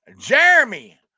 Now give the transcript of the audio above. Jeremy